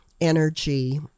energy